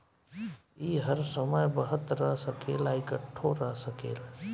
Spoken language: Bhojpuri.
ई हर समय बहत रह सकेला, इकट्ठो रह सकेला